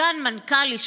/ סגן,